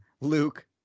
Luke